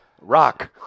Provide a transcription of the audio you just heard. Rock